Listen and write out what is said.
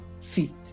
feet